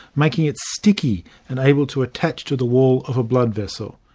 making it sticky and able to attach to the wall of a blood vessel.